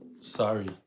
Sorry